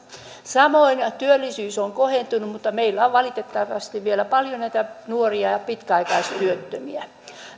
samoin työllisyys on kohentunut mutta meillä on valitettavasti vielä paljon näitä nuoria ja pitkäaikaistyöttömiä